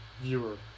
viewer